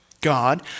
God